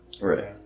Right